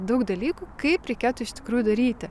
daug dalykų kaip reikėtų iš tikrųjų daryti